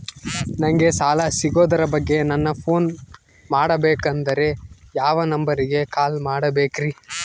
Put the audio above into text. ನಂಗೆ ಸಾಲ ಸಿಗೋದರ ಬಗ್ಗೆ ನನ್ನ ಪೋನ್ ಮಾಡಬೇಕಂದರೆ ಯಾವ ನಂಬರಿಗೆ ಕಾಲ್ ಮಾಡಬೇಕ್ರಿ?